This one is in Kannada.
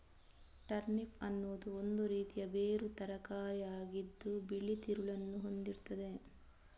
ಟರ್ನಿಪ್ ಅನ್ನುದು ಒಂದು ರೀತಿಯ ಬೇರು ತರಕಾರಿ ಆಗಿದ್ದು ಬಿಳಿ ತಿರುಳನ್ನ ಹೊಂದಿರ್ತದೆ